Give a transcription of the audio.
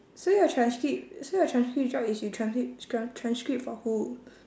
so your transcript so your transcript job is you transcript transcript for who